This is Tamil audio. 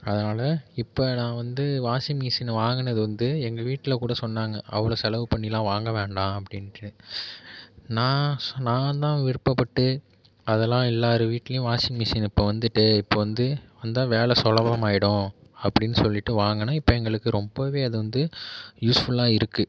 அதனால் இப்போ நான் வந்து வாஷிங் மிஷின் வாங்கினது வந்து எங்கள் வீட்டில் கூட சொன்னாங்க அவ்வளோ செலவு பண்ணிலாம் வாங்க வேண்டாம் அப்படின்ட்டு நான் நான்தான் விருப்பப்பட்டு அதெலாம் எல்லார் வீட்டிலியும் வாஷிங் மிஷின் இப்போ வந்துட்டு இப்போது வந்து அந்த வேலை சுலபமாயிடும் அப்படின்னு சொல்லிவிட்டு வாங்கினேன் இப்போ எங்களுக்கு ரொம்பவே அது வந்து யூஸ்ஃபுல்லாக இருக்குது